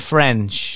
French